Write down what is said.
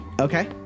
Okay